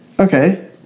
Okay